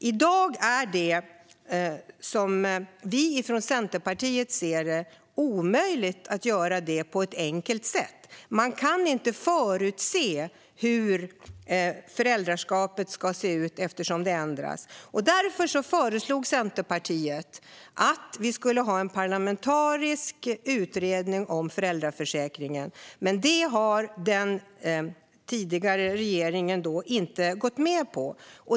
I dag är det omöjligt att göra det på ett enkelt sätt, som vi från Centerpartiet ser det. Det kan inte förutses hur föräldraskapet kommer att se ut, eftersom det ändras. Därför föreslog Centerpartiet en parlamentarisk utredning om föräldraförsäkringen. Men det har den tidigare regeringen inte gått med på.